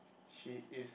she is